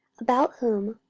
about whom,